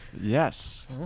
Yes